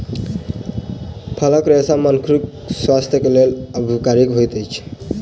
फलक रेशा मनुखक स्वास्थ्य के लेल लाभकारी होइत अछि